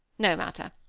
no matter.